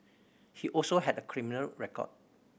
he also had a criminal record